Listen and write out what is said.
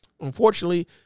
unfortunately